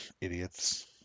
idiots